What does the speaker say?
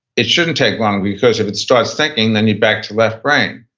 it shouldn't take long, because if it starts thinking, then you're back to left brain.